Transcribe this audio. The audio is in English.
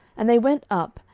and they went up,